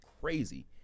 crazy